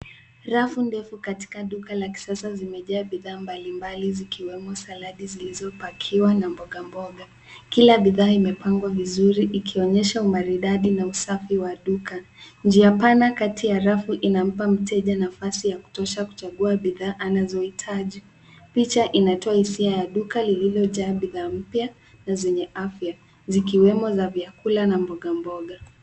Rafu ndefu katika duka la kisasa zimejaa bidhaa mbali mbali zikiwemo saladi zilizopakiwa na mboga mboga. Kila bidhaa imepangwa vizuri ikionyesha umaridadi na usafi wa duka. Njia pana kati ya rafu inampa mteja nafasi ya kutosha kuchagua bidhaa anazohitaji. Picha inatoa hisia ya duka lililojaa bidhaa mpya na zenye afya zikiwemo za vyakula na mboga mboga.